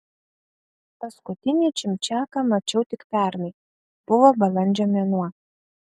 paskutinį čimčiaką mačiau tik pernai buvo balandžio mėnuo